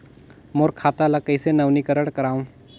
मोर खाता ल कइसे नवीनीकरण कराओ?